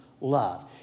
love